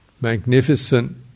magnificent